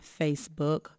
Facebook